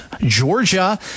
Georgia